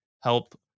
help